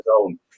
own